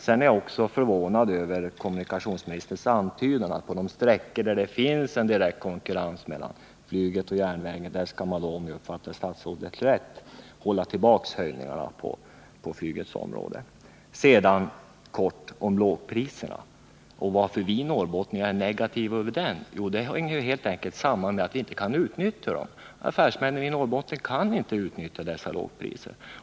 Sedan är jag också förvånad över kommunikationsministerns antydan att på de sträckor där det finns en direkt konkurrens mellan flyget och järnvägen skall man — om jag uppfattade statsrådet rätt — hålla tillbaka höjningarna när det gäller flyget. Helt kort beträffande lågpriserna. Anledningen till att vi norrbottningar är negativt inställda härvidlag hänger helt enkelt samman med att vi inte kan utnyttja lågpriserna. Affärsmännen i Norrbotten kan inte utnyttja dessa lågpriser.